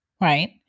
right